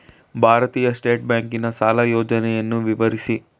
ಭಾರತೀಯ ಸ್ಟೇಟ್ ಬ್ಯಾಂಕಿನ ಸಾಲ ಯೋಜನೆಯನ್ನು ವಿವರಿಸಿ?